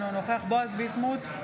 אינו נוכח בועז ביסמוט,